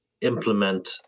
implement